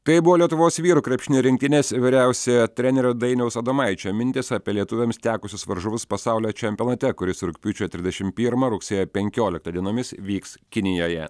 tai buvo lietuvos vyrų krepšinio rinktinės vyriausiojo trenerio dainiaus adomaičio mintys apie lietuviams tekusius varžovus pasaulio čempionate kuris rugpjūčio trisdešimt pirmą rugsėjo penkioliktą dienomis vyks kinijoje